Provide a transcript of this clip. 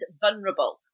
vulnerable